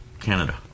Canada